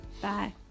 Bye